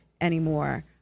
anymore